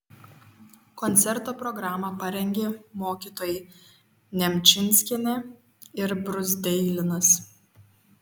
koncerto programą parengė mokytojai nemčinskienė ir bruzdeilinas